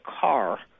car